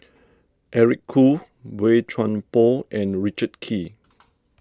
Eric Khoo Boey Chuan Poh and Richard Kee